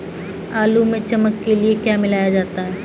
आलू में चमक के लिए क्या मिलाया जाता है?